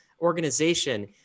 organization